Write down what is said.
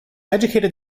educated